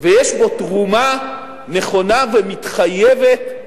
ויש בו תרומה נכונה ומתחייבת: